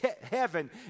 heaven